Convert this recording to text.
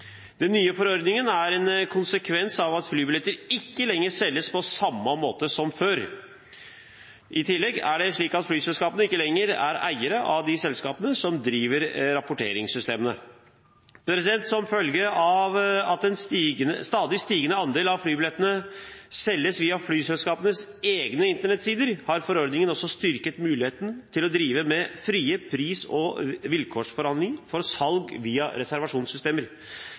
Den nye forordningen er en konsekvens av at flybilletter ikke lenger selges på samme måte som før. I tillegg er det slik at flyselskapene ikke lenger er eiere av de selskapene som driver rapporteringssystemene. Som en følge av at en stadig stigende andel av flybillettene selges via flyselskapenes egne internettsider, har forordningen også styrket muligheten til å drive med frie pris- og vilkårsforhandlinger for salg via reservasjonssystemer.